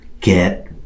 get